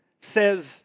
says